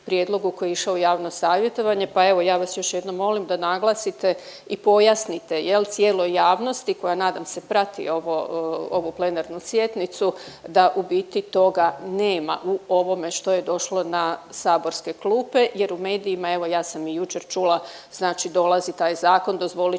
prijedlogu koji je išao u javno savjetovanje, pa evo ja vas još jednom molim da naglasite i pojasnite jel cijeloj javnosti koja nadam se prati ovo, ovu plenarnu sjednicu da u biti toga nema u ovome što je došlo na saborske klupe jer u medijima evo ja sam i jučer čula znači dolazi taj zakon, dozvolit